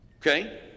Okay